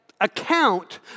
account